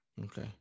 okay